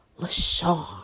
LaShawn